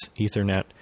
Ethernet